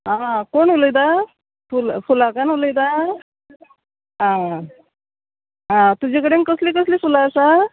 आं कोण उलयता फुला फुलांकान्न उलयता आं आं तुजेकडेन कसली कसली फुलां आसा